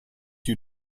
you